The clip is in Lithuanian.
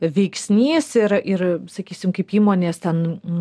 veiksnys ir ir sakysim kaip įmonės ten